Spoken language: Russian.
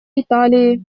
италии